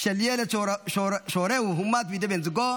של ילד שהורהו הומת בידי בן זוגו,